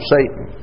Satan